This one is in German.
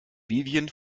vivien